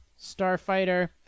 Starfighter